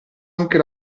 anche